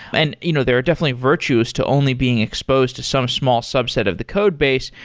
and you know there are definitely virtues to only being exposed to some small subset of the codebase,